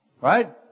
Right